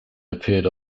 appeared